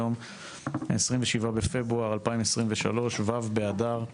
היום ה-27 בפברואר 2023, ו' באדר,